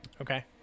Okay